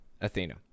Athena